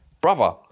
Brother